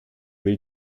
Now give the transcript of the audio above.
will